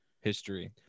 history